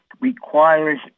requires